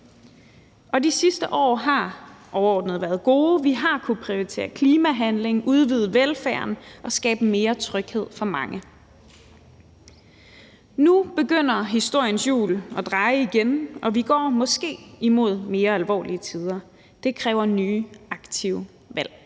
Og de sidste år har overordnet været gode. Vi har kunnet prioritere klimahandling, udvide velfærden og skabe mere tryghed for mange. Nu begynder historiens hjul at dreje igen, og vi går måske mod mere alvorlige tider. Det kræver nye aktive valg.